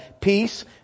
peace